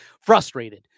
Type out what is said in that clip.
Frustrated